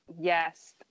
Yes